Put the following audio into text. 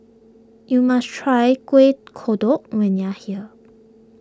you must try Kueh Kodok when you are here